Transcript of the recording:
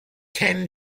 ten